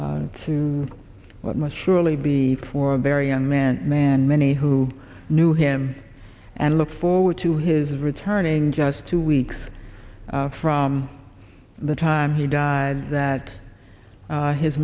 to what must surely be for a very young man man many who knew him and look forward to his returning just two weeks from the time he died and that